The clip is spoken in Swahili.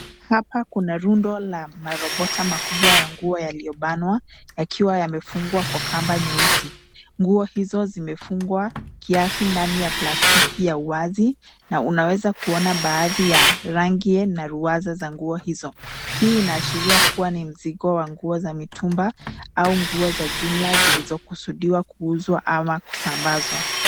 Hapa kuna rundo la marobota makubwa ya nguo yaliyobanwa yakiwa yamefungwa kwa kamba nyeusi. Nguo hizo zimefungwa kiasi ndani ya plastiki ya wazi na unaweza kuona baadhi ya rangi na ruwaza za nguo hizo . Hii inaashiria kuwa ni mzigo wa nguo za mitumba au nguo za jumla zilizokusudiwa kuuzwa ama kusambazwa.